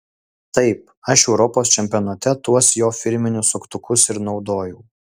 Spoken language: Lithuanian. taip aš europos čempionate tuos jo firminius suktukus ir naudojau